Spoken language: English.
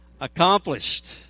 accomplished